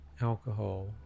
alcohol